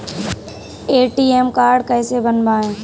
ATM card कैसे बनवाएँ?